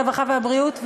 הרווחה והבריאות.